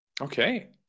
okay